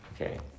Okay